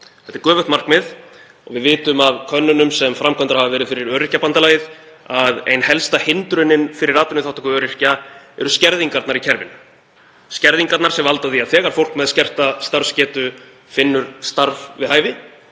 Þetta er göfugt markmið og við vitum, vegna kannana sem gerðar hafa verið fyrir Öryrkjabandalagið, að ein helsta hindrunin fyrir atvinnuþátttöku öryrkja eru skerðingarnar í kerfinu, skerðingarnar sem valda því að þegar fólk með skerta starfsgetu finnur starf við hæfi